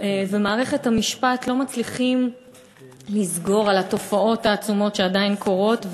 ומערכת המשפט לא מצליחים לסגור על התופעות העצומות שעדיין קורות.